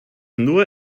nur